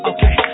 Okay